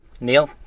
Neil